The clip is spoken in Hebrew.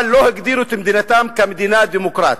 אבל לא הגדירו את מדינתם כמדינה דמוקרטית.